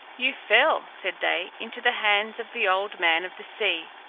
you fell, said they, into the hands of the old man of the sea,